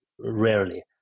rarely